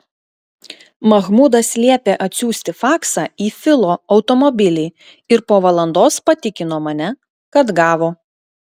mahmudas liepė atsiųsti faksą į filo automobilį ir po valandos patikino mane kad gavo